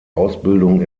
ausbildung